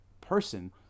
person